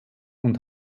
und